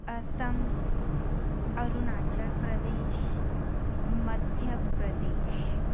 Assam Arunachal Pradesh Madhya Pradesh